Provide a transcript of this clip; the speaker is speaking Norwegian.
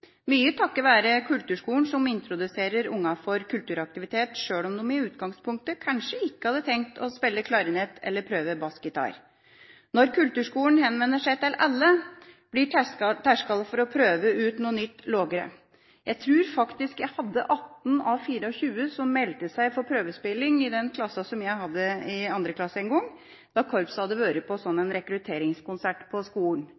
mye takket være kulturskolen som introduserer barn for kulturaktivitet sjøl om de i utgangspunktet kanskje ikke hadde tenkt å spille klarinett eller prøve bassgitar. Når kulturskolen henvender seg til alle, blir terskelen for å prøve ut noe nytt lavere. Jeg tror faktisk jeg hadde 18 av 24 som meldte seg for prøvespilling i den andreklassen jeg hadde en gang, da korpset hadde hatt en rekrutteringskonsert på skolen.